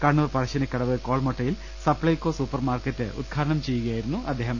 കണ്ണൂർ പറശ്ശിനിക്കടവ് കോൾ മൊട്ടയിൽ Supplyco super market ഉദ്ഘാടനം ചെയ്യുകയായിരുന്നു അദ്ദേഹം